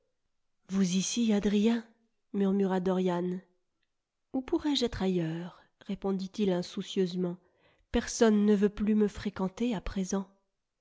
vous ici adrien murmura dorian où pourrais-je être ailleurs répondit-il insoucieusement personne ne veut plus me fréquenter à présent